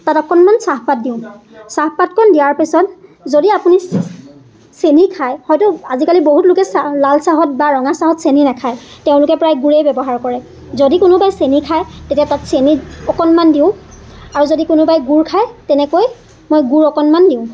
তাত অকণমান চাহপাত দিওঁ চাহপাতকণ দিয়াৰ পিছত যদি আপুনি চেনি খায় হয়টো আজিকালি বহুত লোকে চাহ লাল চাহত বা ৰঙা চাহত চেনি নেখায় তেওঁলোকে প্ৰায় গুৰে ব্যৱহাৰ কৰে যদি কোনোবাই চেনি খায় তেতিয়া তাত চেনি অকণমান দিওঁ আৰু যদি কোনোবাই গুৰ খায় তেনেকৈ মই গুৰ অকণমান দিওঁ